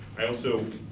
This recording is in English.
i also,